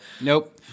nope